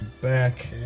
back